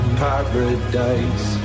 paradise